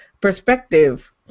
Perspective